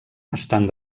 estan